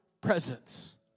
presence